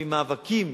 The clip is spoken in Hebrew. ממאבקים